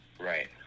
Right